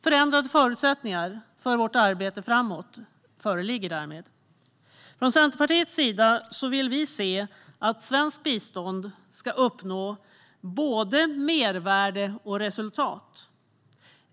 Förändrade förutsättningar för vårt arbete framöver föreligger därmed. Från Centerpartiets sida vill vi se att svenskt bistånd ska uppnå både mervärde och resultat.